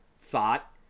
thought